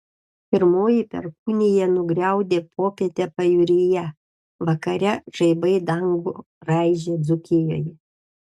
pirmoji perkūnija nugriaudė popietę pajūryje vakare žaibai dangų raižė dzūkijoje